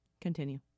continue